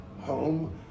home